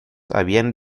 habían